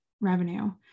revenue